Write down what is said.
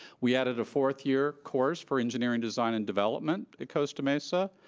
we added a fourth year course for engineering design and development at costa mesa.